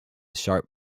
sharp